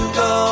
go